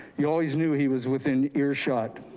you always knew he was within earshot.